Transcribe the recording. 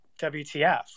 WTF